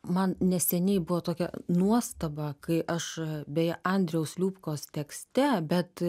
man neseniai buvo tokia nuostaba kai aš beje andrijaus liubkos tekste bet